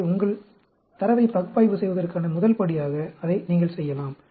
எனவே உங்கள் தரவை பகுப்பாய்வு செய்வதற்கான முதல் படியாக அதை நீங்கள் செய்யலாம்